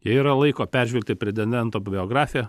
jei yra laiko peržvelgti pretendento biografiją